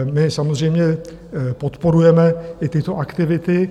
My samozřejmě podporujeme i tyto aktivity.